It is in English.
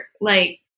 like-